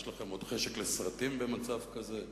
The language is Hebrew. יש לכם עוד חשק לסרטים במצב כזה?